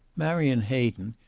marion hayden,